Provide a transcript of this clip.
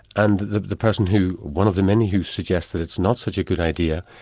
and the the person who one of the many who suggested it's not such a good idea,